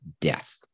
death